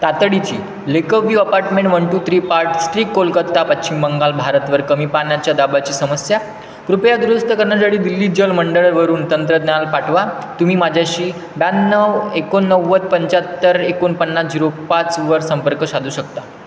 तातडीची Lakeview apartment one two three Park Street Kolkata पश्चिम बंगाल भारतवर कमी पाण्याच्या दाबाची समस्या कृपया दुरुस्त करण्यासाठी दिल्ली जल मंडळवरून तंत्रज्ञान पाठवा तुम्ही माझ्याशी ब्याण्णव एकोणनव्वद पंच्याहत्तर एकोणपन्नास झिरो पाचवर संपर्क साधू शकता